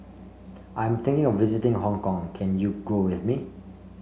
I'm thinking of visiting Hong Kong can you go with me